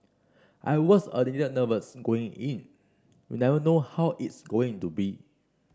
I was a little nervous going in you never know how it's going to be